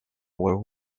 where